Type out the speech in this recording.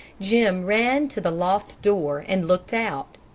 jim ran to the loft door and looked out.